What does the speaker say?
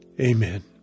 amen